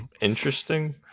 interesting